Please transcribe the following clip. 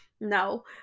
no